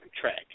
track